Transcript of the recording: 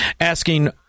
asking